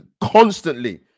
constantly